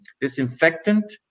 disinfectant